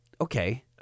okay